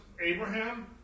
Abraham